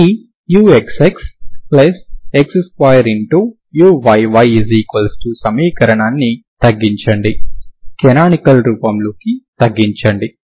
ఈ uxxx2uyy0 సమీకరణాన్ని తగ్గించండి కనానికల్ రూపంలోకి తగ్గించండి